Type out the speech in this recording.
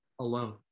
alone